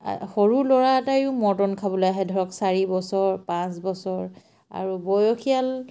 সৰু ল'ৰা এটাইয়ো মৰ্টন খাবলৈ আহে ধৰক চাৰি বছৰ পাঁচ বছৰ আৰু বয়সীয়াল